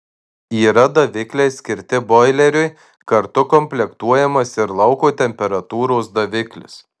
yra davikliai skirti boileriui kartu komplektuojamas ir lauko temperatūros daviklis